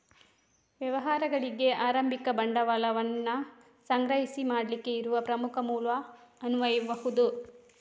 ವ್ಯವಹಾರಗಳಿಗೆ ಆರಂಭಿಕ ಬಂಡವಾಳವನ್ನ ಸಂಗ್ರಹ ಮಾಡ್ಲಿಕ್ಕೆ ಇರುವ ಪ್ರಮುಖ ಮೂಲ ಅನ್ಬಹುದು